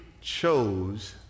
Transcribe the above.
chose